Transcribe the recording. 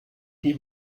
die